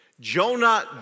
Jonah